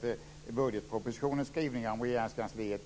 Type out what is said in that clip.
till budgetpropositionens skrivningar om Regeringskansliet.